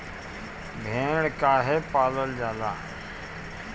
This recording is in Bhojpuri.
भेड़ काहे पालल जाला?